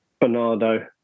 Bernardo